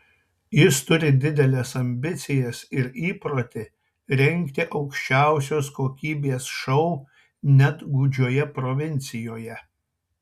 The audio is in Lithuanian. jis turi dideles ambicijas ir įprotį rengti aukščiausios kokybės šou net gūdžioje provincijoje